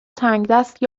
تنگدست